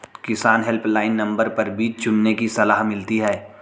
किसान helpline number पर बीज चुनने की सलाह मिलती है